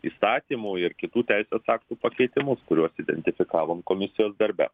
įstatymų ir kitų teisės aktų pakeitimus kuriuos identifikavom komisijos darbe